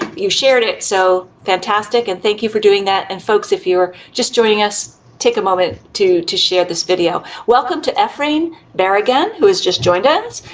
you shared it so fantastic and thank you for doing that and folks, if you are just joining us, take a moment to to share this video. welcome to ephraim barragan who has just joined us.